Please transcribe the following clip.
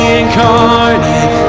incarnate